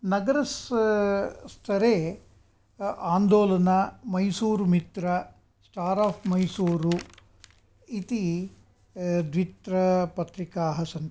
नगर स्तरे आन्दोलन मैसूरुमित्र स्टार् आफ् मैसूरु इति द्वित्रि पत्रिकाः सन्ति